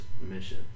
mission